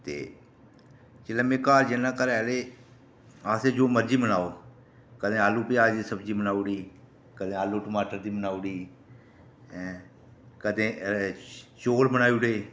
ते जेल्लै में घर जन्ना ते घरै आह्ले आखदे जो मर्जी बनाओ कदें आलू प्याज दी सब्जी बनाई ओड़ी कदें आलू टमाटर दी बनाई ओड़ी कदें चौल बनाई ओड़े